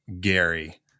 Gary